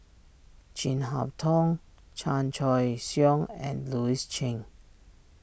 Chin Harn Tong Chan Choy Siong and Louis Chen